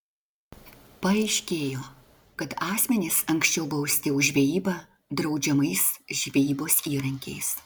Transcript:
paaiškėjo kad asmenys anksčiau bausti už žvejybą draudžiamais žvejybos įrankiais